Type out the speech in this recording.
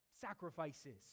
sacrifices